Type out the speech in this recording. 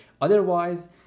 Otherwise